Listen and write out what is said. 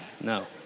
No